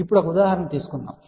ఇప్పుడు ఒక ఉదాహరణ తీసుకుందాం